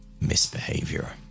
misbehavior